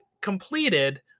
completed